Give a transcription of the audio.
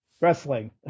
wrestling